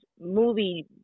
movie